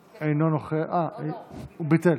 ביטל,